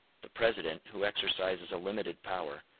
the president, who exercises a limited power,